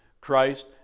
Christ